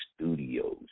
Studios